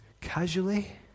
Casually